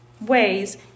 ways